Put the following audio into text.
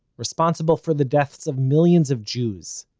responsible for the deaths of millions of jews,